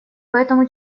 поэтому